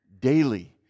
daily